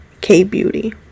K-Beauty